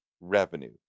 revenue